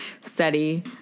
study